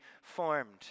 formed